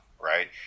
right